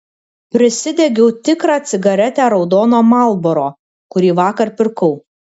prisidegiau tikrą cigaretę raudono marlboro kurį vakar pirkau